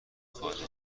خارجی